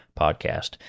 podcast